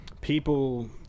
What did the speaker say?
People